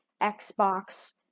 Xbox